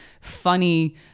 funny